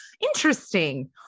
interesting